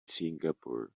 singapore